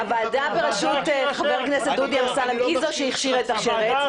הוועדה בראשות חבר הכנסת דודי אמסלם היא זו שהכשירה את השרץ.